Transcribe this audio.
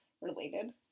related